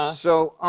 um so,